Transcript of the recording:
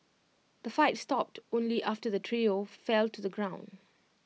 the fight stopped only after the trio fell to the ground